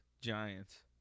Giants